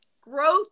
growth